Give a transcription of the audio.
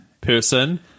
person